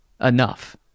enough